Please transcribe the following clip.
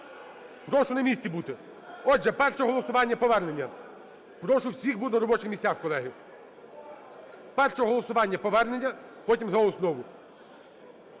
Прошу на місці бути! Отже, перше голосування – повернення. Прошу всіх бути на робочих місцях, колеги. Перше голосування – повернення, потім – за основу.